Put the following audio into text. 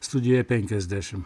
studijoj penkiasdešimt